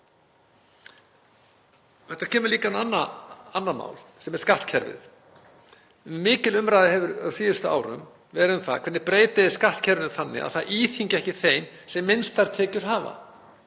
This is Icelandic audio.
Þetta kemur líka inn á annað mál sem er skattkerfið. Mikil umræða hefur á síðustu árum verið um það hvernig breyta eigi skattkerfinu þannig að það íþyngi ekki þeim sem minnstar tekjur hafa.